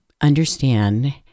understand